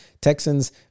Texans